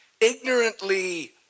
ignorantly